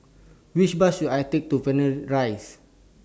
Which Bus should I Take to Rise